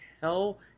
hell